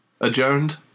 adjourned